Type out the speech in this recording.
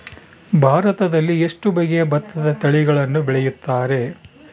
ಭಾರತದಲ್ಲಿ ಎಷ್ಟು ಬಗೆಯ ಭತ್ತದ ತಳಿಗಳನ್ನು ಬೆಳೆಯುತ್ತಾರೆ?